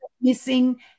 missing